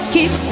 Keep